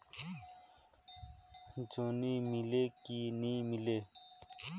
जोणी मीले कि नी मिले?